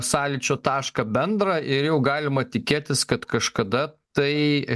sąlyčio tašką bendrą ir jau galima tikėtis kad kažkada tai